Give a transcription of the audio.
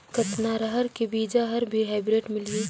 कतना रहर के बीजा हर भी हाईब्रिड मिलही?